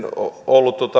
ollut